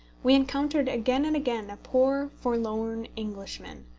we encountered again and again a poor forlorn englishman,